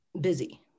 busy